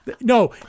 No